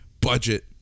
budget